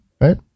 right